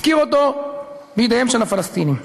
הפקיר אותו בידיהם של הפלסטינים.